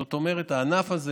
זאת אומרת, הענף הזה